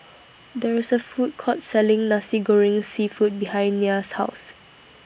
There IS A Food Court Selling Nasi Goreng Seafood behind Nya's House